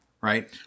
right